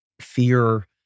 fear